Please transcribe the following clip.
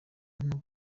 nko